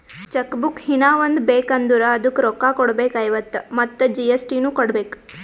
check book ಹೀನಾ ಒಂದ್ ಬೇಕ್ ಅಂದುರ್ ಅದುಕ್ಕ ರೋಕ್ಕ ಕೊಡ್ಬೇಕ್ ಐವತ್ತ ಮತ್ ಜಿ.ಎಸ್.ಟಿ ನು ಕೊಡ್ಬೇಕ್